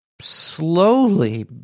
slowly